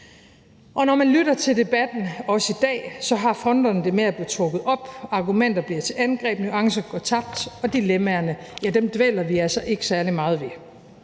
Og når man lytter til debatten, også i dag, så har fronterne det med at blive trukket op, argumenter bliver til angreb, nuancer går tabt, og dilemmaerne dvæler vi altså ikke særlig meget ved.